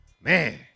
Man